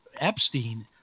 Epstein